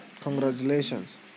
Congratulations